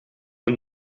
een